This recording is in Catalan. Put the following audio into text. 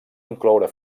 incloure